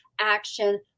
action